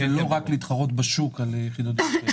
לא רק להתחרות בשוק על יחידות דיור.